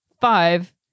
Five